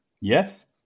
yes